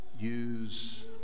use